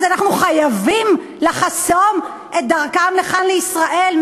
אז אנחנו חייבים לחסום את דרכם לכאן, לישראל.